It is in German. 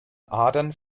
adern